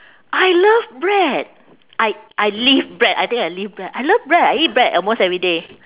I love bread I I live bread I think I live bread I love bread I eat bread almost every day